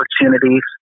opportunities